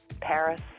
Paris